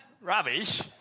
Rubbish